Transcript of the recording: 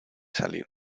salir